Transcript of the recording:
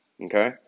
Okay